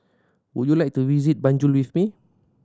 would you like to visit Banjul with me